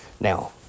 Now